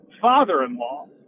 father-in-law